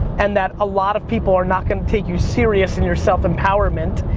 and that a lot of people are not gonna take you serious in your self-empowerment,